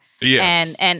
Yes